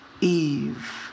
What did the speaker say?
Eve